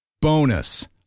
Bonus